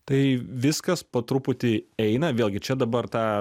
tai viskas po truputį eina vėlgi čia dabar tą